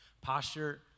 Posture